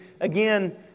again